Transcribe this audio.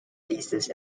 thesis